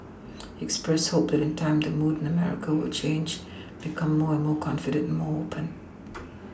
he expressed hope that in time the mood in America will change become more and more confident and more open